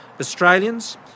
Australians